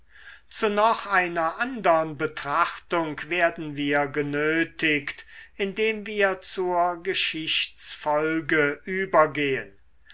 zu noch einer andern betrachtung werden wir genötigt indem wir zur geschichtsfolge übergehen